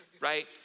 right